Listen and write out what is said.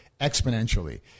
exponentially